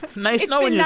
nice knowing you,